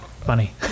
Funny